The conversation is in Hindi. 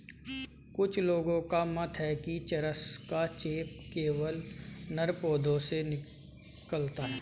कुछ लोगों का मत है कि चरस का चेप केवल नर पौधों से निकलता है